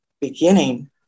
beginning